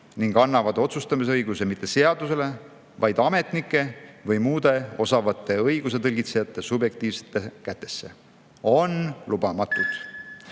ning annavad otsustamisõiguse mitte seadusele, vaid ametnike või muude osavate õigusetõlgitsejate subjektiivsetesse kätesse, on lubamatud.